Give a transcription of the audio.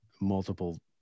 multiple